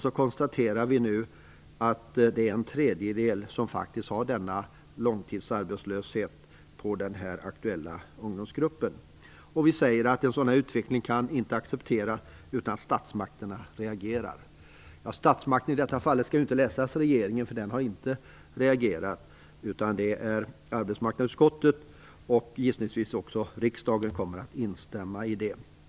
Nu konstaterar vi att det är en tredjedel i den aktuella ungdomsgruppen som faktiskt har drabbats av långtidsarbetslöshet. Vi kan inte acceptera en sådan utveckling utan att statsmakterna reagerar. Statsmakten i detta fall skall inte tydas som regeringen, därför att den har inte reagerat, utan som arbetsmarknadsutskottet. Gissningsvis kommer även riksdagen att instämma i det.